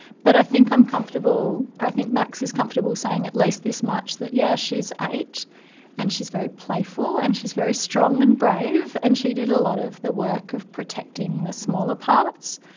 but i think i'm comfortable, i think max is comfortable saying at least this much, that yes, she is eight and she is very playful and she is very strong and brave, and she did a lot of the work of protecting the smaller parts.